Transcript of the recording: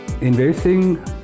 Investing